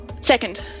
Second